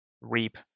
reap